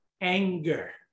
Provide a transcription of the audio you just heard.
anger